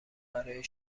برای